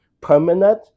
permanent